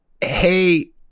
Hey